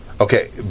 Okay